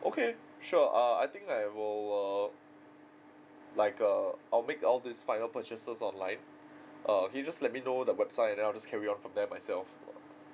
okay sure err I think I will err like err I'll make all these final purchases online err can you just let me know the website and I'll just carry on from there myself